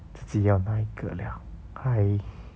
自己要哪一个了还